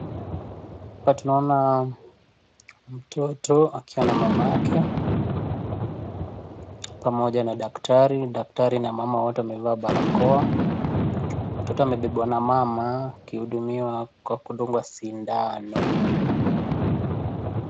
Hapa tunaona mtoto akiwa na mamake pamoja na daktari, daktari na mama wote wamevaa barakoa mtoto amebebwa na mama akihudumiwa kwa kudungwa sindano.